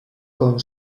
con